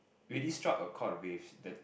really struck a cord with the